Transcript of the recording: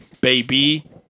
Baby